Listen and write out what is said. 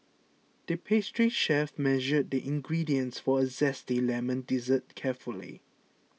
the pastry chef measured the ingredients for a Zesty Lemon Dessert carefully